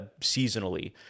seasonally